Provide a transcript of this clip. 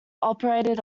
operated